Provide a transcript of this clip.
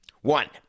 One